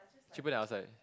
cheaper than outside